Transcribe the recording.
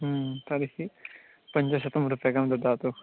तर्हि पञ्चशतं रूप्यकाणि ददातु